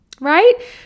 right